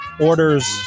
Orders